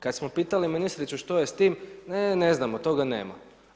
Kada smo pitali ministricu što je s tim, e ne znamo, toga nema.